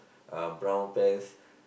uh brown pants